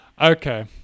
Okay